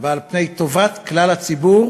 ועל פני טובת כלל הציבור,